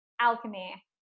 Alchemy